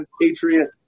patriot